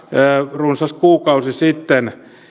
runsas kuukausi sitten